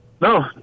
No